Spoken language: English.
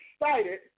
excited